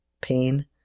pain